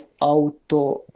auto